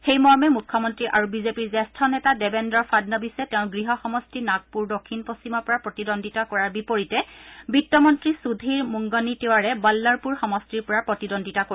সেই মৰ্মে মুখ্যমন্তী আৰু বিজেপিৰ জ্যেষ্ঠ নেতা দেবেন্দ্ৰ ফাড়নাবিছে তেওঁৰ গৃহ সমষ্টি নাগপুৰ দক্ষিণ পশ্চিমৰ পৰা প্ৰতিদ্বন্দ্বিতা কৰাৰ বিপৰীতে বিত্তমন্ত্ৰী সুধীৰ মূংগনতিৱাৰে বাল্লৰপুৰ সমষ্টিৰ পৰা প্ৰতিদ্বন্দ্বিতা কৰিব